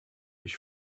ich